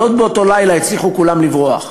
אבל עוד באותו לילה הצליחו כולם לברוח.